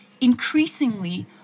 increasingly